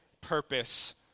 purpose